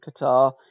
Qatar